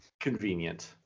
convenient